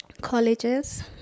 Colleges